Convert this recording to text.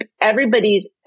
everybody's